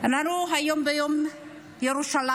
אנחנו היום ביום ירושלים,